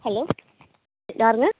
hello யாருங்கள்